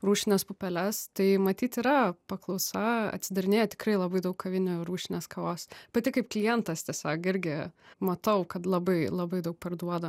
rūšines pupeles tai matyt yra paklausa atsidarinėja tikrai labai daug kavinių rūšinės kavos pati kaip klientas tiesiog irgi matau kad labai labai daug parduoda